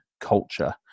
culture